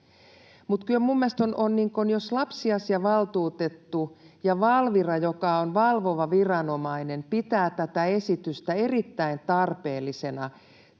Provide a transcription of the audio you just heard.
ja se on ihan ymmärrettävää. Lapsiasiavaltuutettu ja Valvira, joka on valvova viranomainen, pitävät tätä esitystä erittäin tarpeellisena